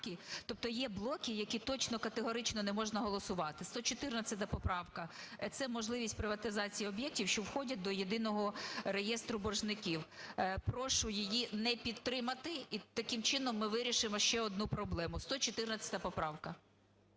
Тобто є блоки, які точно категорично не можна голосувати. 114 поправка – це можливість приватизації об'єктів, що входять до єдиного реєстру боржників. Прошу її не підтримати і таким чином ми вирішимо ще одну проблему. 114 поправка.